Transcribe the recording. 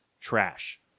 trash